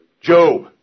Job